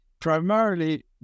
primarily